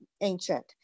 ancient